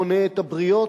מונה את הבריות.